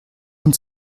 uns